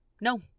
no